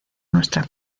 nuestra